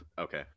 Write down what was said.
Okay